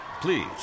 Please